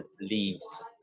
leaves